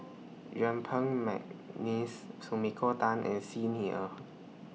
Yuen Peng Mcneice Sumiko Tan and Xi Ni Er